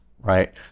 right